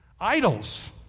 Idols